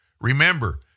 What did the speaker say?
Remember